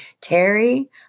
Terry